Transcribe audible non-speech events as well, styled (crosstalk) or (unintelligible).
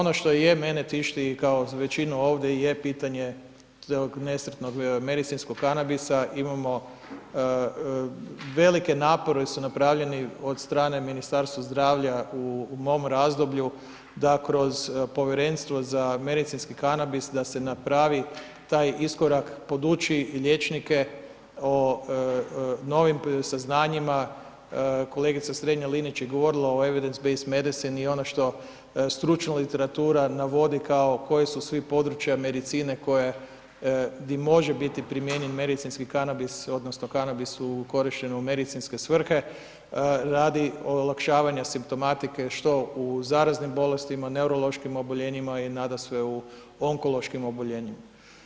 Ono što je mene tišti, kao i većinu ovdje, je pitanje tog nesretnog medicinskog kanabisa imamo velike napori su napravljeni od strane Ministarstva zdravlja u mom razdoblju, da kroz Povjerenstvo za medicinski kanabis, da se napravi taj iskorak, poduči liječnike o novim saznanjima, kolegica Strenja Linić je govorila o … (unintelligible) i ono što stručna literatura navodi, kao koji su sve područja medicine, koje di može biti primijenjen medicinski kanabis, odnosno, kanabis u korištenju medicinske svrhe radi olakšavanja simptomatske što u zaraznim bolestima, neurološkim oboljenjima i nadasve u onkološkim oboljenjima.